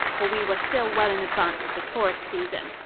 for we were still well in advance of the tourist season.